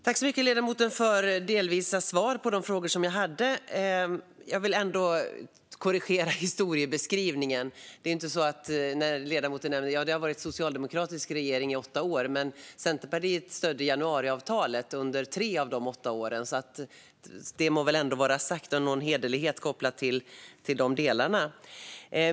Fru talman! Tack, ledamoten, för delvisa svar på de frågor jag ställde! Jag vill dock korrigera historiebeskrivningen. Det har varit en socialdemokratisk regering i åtta år, men Centerpartiet stödde januariavtalet under tre av de åtta åren. Det må väl sägas för hederlighetens skull.